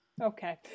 Okay